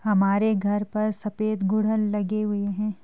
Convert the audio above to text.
हमारे घर पर सफेद गुड़हल लगे हुए हैं